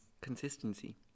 Consistency